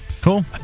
Cool